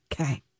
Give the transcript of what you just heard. Okay